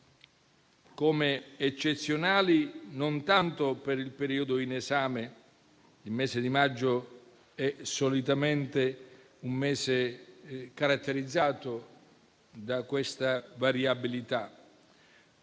come eccezionali, non tanto per il periodo in esame - il mese di maggio è solitamente caratterizzato da questa variabilità